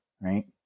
right